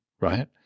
right